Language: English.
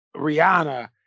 Rihanna